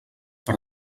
per